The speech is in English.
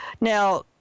now